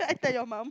tell your mum